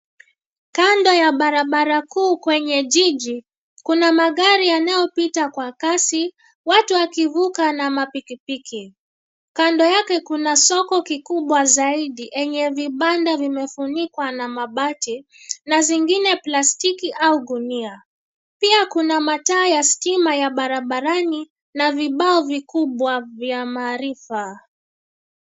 Kando ya barabara kuu kwenye jiji. Kuna magari yanayopita kwa kasi, watu wakivuka na mapikipiki. Kando yake kuna soko kikubwa zaidi yenye vibanda vimefunikwa na mabati, na zingine plastiki au gunia. Pia kuna mataa ya stima ya barabarani, na vibao vikubwa vya maarifa.